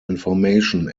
information